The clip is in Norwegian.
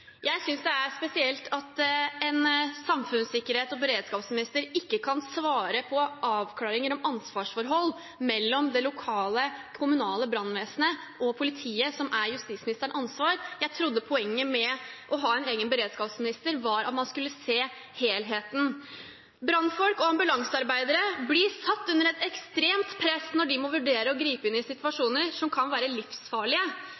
Jeg synes det er spesielt at en samfunnssikkerhets- og beredskapsminister ikke kan svare på avklaringer om ansvarsforhold mellom det lokale, kommunale brannvesenet, og politiet, som er justisministerens ansvar. Jeg trodde poenget med å ha en egen beredskapsminister var at man skulle se helheten. Brannfolk og ambulansearbeidere blir satt under et ekstremt press når de må vurdere å gripe inn i